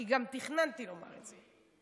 כי גם תכננתי לומר את זה.